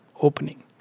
Opening